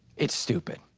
it's stupid.